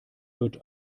wird